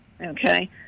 okay